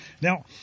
Now